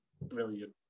brilliant